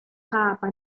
papa